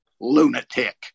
lunatic